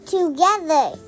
Together